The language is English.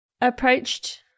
Approached